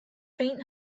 faint